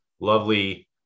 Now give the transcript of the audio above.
lovely